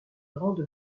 grande